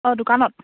অঁ দোকানত